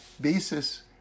basis